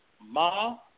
Ma